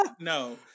no